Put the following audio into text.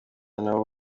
nabo